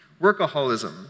Workaholism